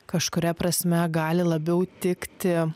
kažkuria prasme gali labiau tikti